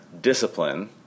discipline